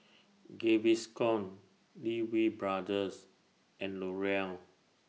Gaviscon Lee Wee Brothers and L'Oreal